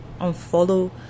unfollow